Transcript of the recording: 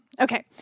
okay